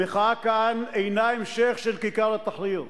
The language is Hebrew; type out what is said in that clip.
המחאה כאן אינה המשך של כיכר תחריר,